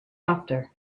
after